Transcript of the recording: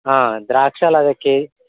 ద్రాక్షలు అవి కే